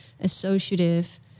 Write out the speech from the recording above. associative